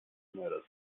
mörder